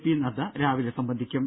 P Nadda രാവിലെ സംബന്ധിക്കും